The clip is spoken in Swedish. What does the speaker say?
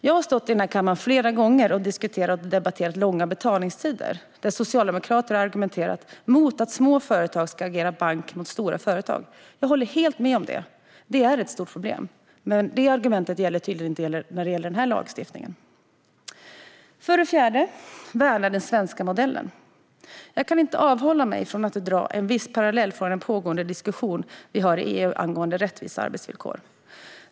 Jag har stått i den här kammaren flera gånger och debatterat långa betaltider, och då har socialdemokrater argumenterat mot att små företag ska agera bank gentemot stora företag. Jag håller helt med om det - det är ett stort problem - men det argumentet gäller tydligen inte i fråga om den här lagstiftningen. För det fjärde: Värna den svenska modellen! Jag kan inte avhålla mig från att dra en parallell till en viss pågående diskussion i EU angående rättvisa arbetsvillkor.